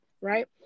right